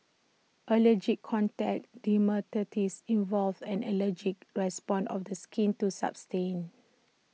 allergic contact dermatitis involves an allergic response of the skin to substance